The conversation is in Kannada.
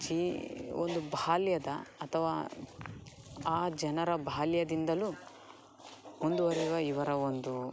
ಚೀ ಒಂದು ಬಾಲ್ಯದ ಅತವಾ ಆ ಜನರ ಬಾಲ್ಯದಿಂದಲೂ ಮುಂದುವರಿಯುವ ಇವರ ಒಂದು